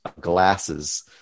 glasses